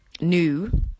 new